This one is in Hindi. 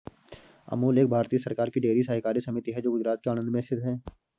अमूल एक भारतीय सरकार की डेयरी सहकारी समिति है जो गुजरात के आणंद में स्थित है